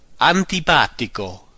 Antipatico